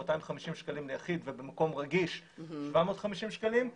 250 שקלים ליחיד ובמקום רגיש 750 שקלים.